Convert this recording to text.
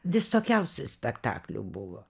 visokiausių spektaklių buvo